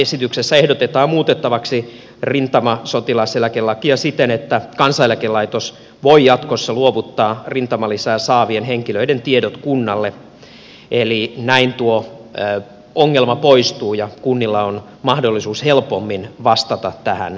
esityksessä ehdotetaan muutettavaksi rintamasotilaseläkelakia siten että kansaneläkelaitos voi jatkossa luovuttaa rintamalisää saavien henkilöiden tiedot kunnalle eli näin tuo ongelma poistuu ja kunnilla on mahdollisuus helpommin vastata tähän tarpeeseen